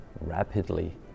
rapidly